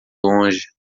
longe